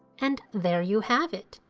and there you have it.